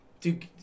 dude